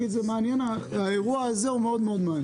האירוע הזה מאוד מעניין.